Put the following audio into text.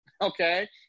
okay